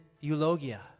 eulogia